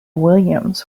williams